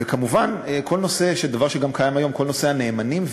וכמובן, דבר שגם קיים היום, כל נושא הנאמנים.